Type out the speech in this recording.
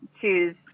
choose